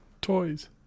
Toys